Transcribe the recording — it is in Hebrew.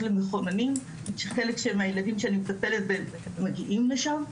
למחוננים שחלק מהילדים שאני מטפלת בהם מגיעים לשם,